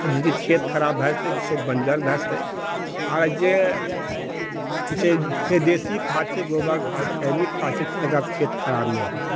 जेकि खेत खराब भए जेतै खेत बन्जर भए जेतै आर जे छै देशी खाद्य छै गोबर खाद्य छै जैविक खाद्य छै ओकरासँ खेत खराब नहि होइ छै